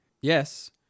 yes